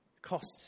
costs